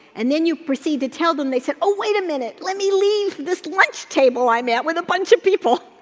and then you proceed to tell them, they say, oh wait a minute, let me leave this lunch table i'm at with a bunch of people